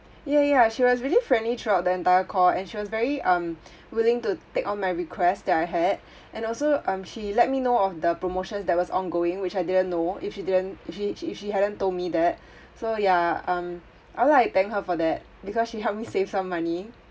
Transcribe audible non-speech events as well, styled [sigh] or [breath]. yeah yeah she was really friendly throughout the entire call and she was very um [breath] willing to take on my request that I had [breath] and also um she let me know of the promotions that was ongoing which I didn't know if she didn't if she if she hadn't told me that [breath] so yeah um I'd like thank her for that because she help me save some money